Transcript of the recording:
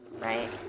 Right